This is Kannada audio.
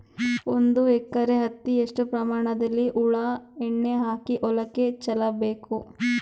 ಒಂದು ಎಕರೆ ಹತ್ತಿ ಎಷ್ಟು ಪ್ರಮಾಣದಲ್ಲಿ ಹುಳ ಎಣ್ಣೆ ಹಾಕಿ ಹೊಲಕ್ಕೆ ಚಲಬೇಕು?